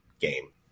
game